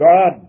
God